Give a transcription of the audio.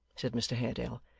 said mr haredale.